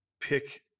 pick